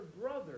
brother